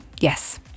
yes